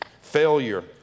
Failure